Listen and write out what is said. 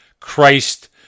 Christ